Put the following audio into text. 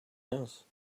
house